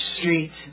street